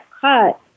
cut